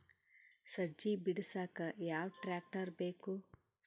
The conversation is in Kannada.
ಸಜ್ಜಿ ಬಿಡಸಕ ಯಾವ್ ಟ್ರ್ಯಾಕ್ಟರ್ ಬೇಕು?